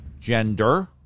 gender